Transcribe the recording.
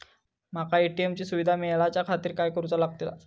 माका ए.टी.एम ची सुविधा मेलाच्याखातिर काय करूचा लागतला?